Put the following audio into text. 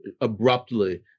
abruptly